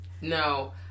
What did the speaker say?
no